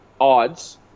odds